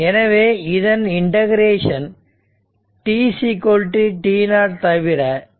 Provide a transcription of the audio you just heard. எனவே இதன் integration t t0 தவிர 0 ஆகும்